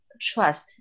trust